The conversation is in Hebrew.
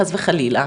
חס וחלילה,